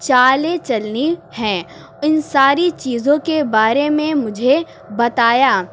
چالیں چلنی ہے ان ساری چیزوں کے بارے میں مجھے بتایا